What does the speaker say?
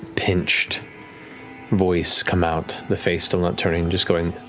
pinched voice come out, the face still not turning, just going,